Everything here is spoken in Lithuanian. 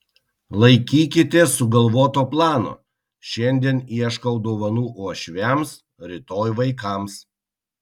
laikykitės sugalvoto plano šiandien ieškau dovanų uošviams rytoj vaikams